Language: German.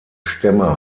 stämme